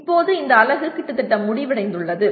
இப்போது இந்த அலகு கிட்டத்தட்ட முடிவடைந்துள்ளது